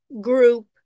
group